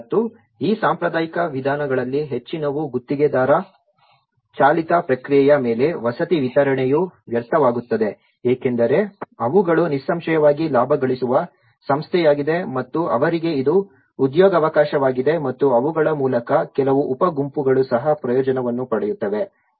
ಮತ್ತು ಈ ಸಾಂಪ್ರದಾಯಿಕ ವಿಧಾನಗಳಲ್ಲಿ ಹೆಚ್ಚಿನವು ಗುತ್ತಿಗೆದಾರ ಚಾಲಿತ ಪ್ರಕ್ರಿಯೆಯ ಮೇಲೆ ವಸತಿ ವಿತರಣೆಯು ವ್ಯರ್ಥವಾಗುತ್ತದೆ ಏಕೆಂದರೆ ಅವುಗಳು ನಿಸ್ಸಂಶಯವಾಗಿ ಲಾಭ ಗಳಿಸುವ ಸಂಸ್ಥೆಯಾಗಿದೆ ಮತ್ತು ಅವರಿಗೆ ಇದು ಉದ್ಯೋಗಾವಕಾಶವಾಗಿದೆ ಮತ್ತು ಅವುಗಳ ಮೂಲಕ ಕೆಲವು ಉಪಗುಂಪುಗಳು ಸಹ ಪ್ರಯೋಜನವನ್ನು ಪಡೆಯುತ್ತವೆ